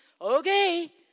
Okay